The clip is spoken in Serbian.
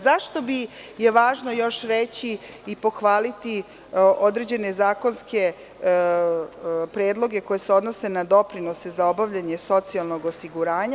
Zašto je još važno reći i pohvaliti određene zakonske predloge koji se odnose na doprinose za obavljanje socijalnog osiguranja?